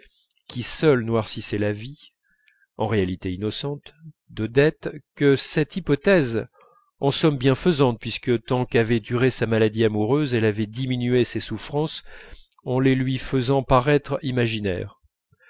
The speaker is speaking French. qui seules noircissaient la vie en réalité innocente d'odette que cette hypothèse en somme bienfaisante puisque tant qu'avait duré sa maladie amoureuse elle avait diminué ses souffrances en les faisant paraître imaginaires